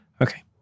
Okay